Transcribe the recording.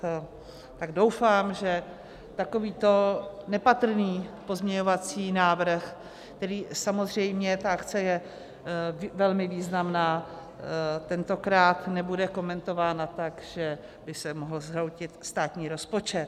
Tak doufám, že takovýto nepatrný pozměňovací návrh, který samozřejmě, ta akce je velmi významná, tentokrát nebude komentována tak, že by se mohl zhroutit státní rozpočet.